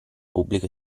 pubblico